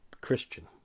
Christian